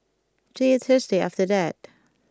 there Thursday after that